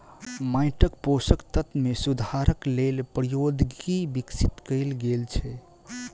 माइटक पोषक तत्व मे सुधारक लेल प्रौद्योगिकी विकसित कयल गेल छै